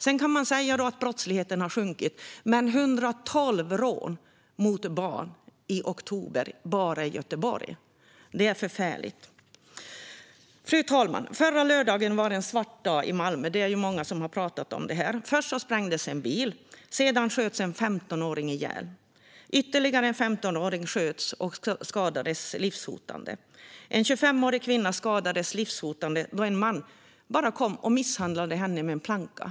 Sedan kan man säga att brottsligheten har sjunkit, men att det har skett 112 rån mot barn i år fram till oktober bara i Göteborg är förfärligt. Fru talman! Förra lördagen var en svart dag i Malmö. Många har talat om det här. Först sprängdes en bil. Sedan sköts en 15-åring ihjäl. Ytterligare en 15-åring sköts och skadades livshotande. En 25-årig kvinna skadades livshotande då en man kom och misshandlade henne med en planka.